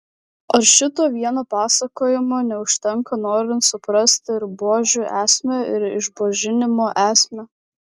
ar šito vieno pasakojimo neužtenka norint suprasti ir buožių esmę ir išbuožinimo esmę